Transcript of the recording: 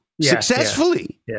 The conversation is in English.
successfully